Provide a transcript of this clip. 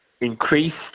increased